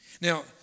Now